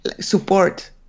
support